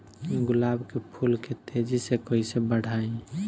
गुलाब के फूल के तेजी से कइसे बढ़ाई?